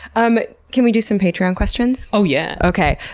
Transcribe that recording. um can we do some patreon questions? oh yeah! okay.